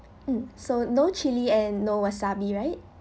mm so no chilli and no wasabi right